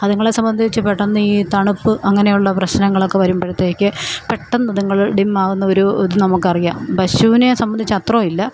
അതുങ്ങളെ സംബന്ധിച്ച് പെട്ടെന്ന് ഈ തണുപ്പ് അങ്ങനെയുള്ള പ്രശ്നങ്ങളൊക്കെ വരുമ്പഴത്തേക്ക് പെട്ടെന്ന് അതുങ്ങള് ഡിം ആകുന്ന ഒരു ഇത് നമുക്കറിയാം പശുവിനെ സംബന്ധിച്ച് അത്രയും ഇല്ല